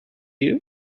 you